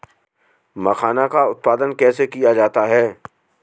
मखाना का उत्पादन कैसे किया जाता है?